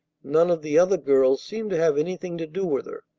none of the other girls seemed to have anything to do with her.